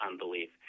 unbelief